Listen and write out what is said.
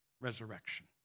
resurrection